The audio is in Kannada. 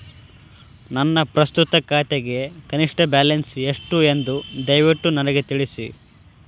ನನ್ನ ಪ್ರಸ್ತುತ ಖಾತೆಗೆ ಕನಿಷ್ಟ ಬ್ಯಾಲೆನ್ಸ್ ಎಷ್ಟು ಎಂದು ದಯವಿಟ್ಟು ನನಗೆ ತಿಳಿಸಿ